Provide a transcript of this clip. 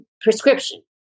prescription